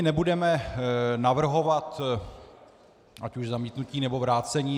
Nebudeme navrhovat ať už zamítnutí, nebo vrácení.